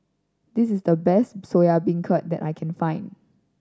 this is the best Soya Beancurd that I can find